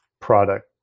product